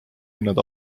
hinnad